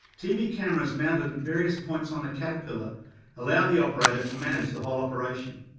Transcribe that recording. tv cameras mounted at various points on the caterpillar allow the operator to manage the whole operation.